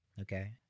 Okay